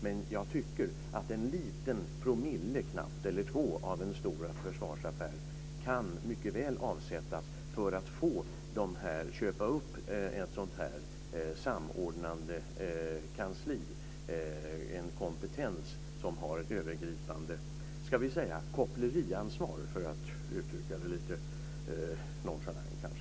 Men jag tycker att en liten promille eller två av en stor försvarsaffär mycket väl kan avsättas för att köpa upp ett sådant här samordnande kansli - en kompetens som har ett övergripande koppleriansvar, för att uttrycka det lite nonchalant.